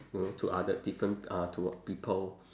you know to other different uh to people